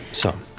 so.